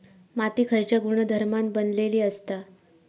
माती खयच्या गुणधर्मान बनलेली असता?